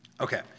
Okay